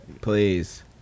Please